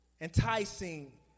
enticing